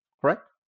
correct